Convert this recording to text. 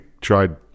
tried